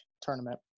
tournament